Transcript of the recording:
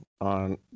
on